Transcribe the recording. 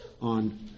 on